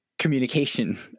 communication